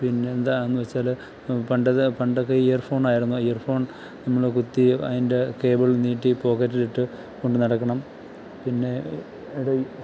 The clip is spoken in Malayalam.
പിന്നെന്താന്ന് വെച്ചാൽ പണ്ടത് പണ്ടൊക്കെ ഇയർ ഫോണായിരുന്നു ഇയർ ഫോൺ നമ്മൾ കുത്തി അതിന്റെ കേബിൾ നീട്ടി പോക്കറ്റിലിട്ട് കൊണ്ട് നടക്കണം പിന്നെ ഒരു